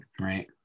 Right